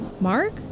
Mark